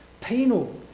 Penal